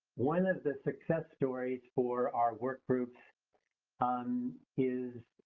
one of the success stories for our work groups um is